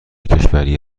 کشوری